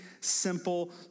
simple